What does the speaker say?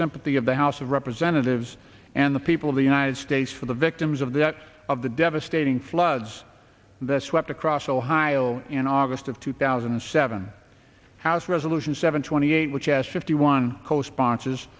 sympathy of the house of representatives and the people of the united states for the victims of that of the devastating floods that swept across ohio in august of two thousand and seven house resolution seven twenty eight which has fifty one co sponsors